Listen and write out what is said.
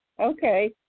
Okay